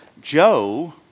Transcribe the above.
Joe